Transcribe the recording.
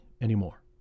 anymore